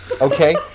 Okay